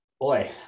Boy